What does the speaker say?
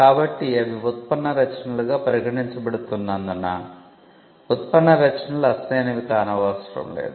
కాబట్టి అవి ఉత్పన్న రచనలుగా పరిగణించబడుతున్నందున ఉత్పన్న రచనలు అసలైనవి కానవసరం లేదు